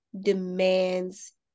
Demands